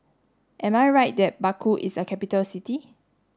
am I right that Baku is a capital city